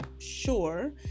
sure